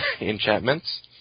Enchantments